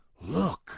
Look